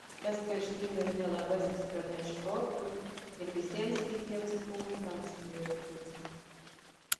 tas kerštingas nelabasis praneš fortui ir visiems kitiems punktams prie upės